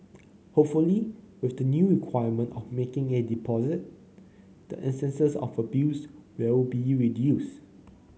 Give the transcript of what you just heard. hopefully with the new requirement of making a deposit the instances of abuse will be reduced